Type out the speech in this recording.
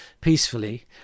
peacefully